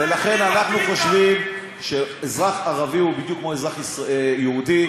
אנחנו חושבים שאזרח ערבי הוא בדיוק כמו אזרח יהודי.